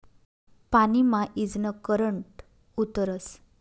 पानी मा ईजनं करंट उतरस